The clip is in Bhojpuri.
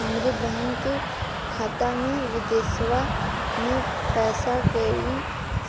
हमरे बहन के खाता मे विदेशवा मे पैसा कई